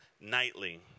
nightly